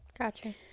gotcha